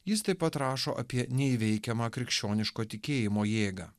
jis taip pat rašo apie neįveikiamą krikščioniško tikėjimo jėgą